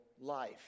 life